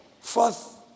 Fourth